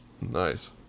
nice